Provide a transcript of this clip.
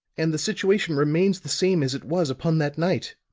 and the situation remains the same as it was upon that night.